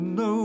no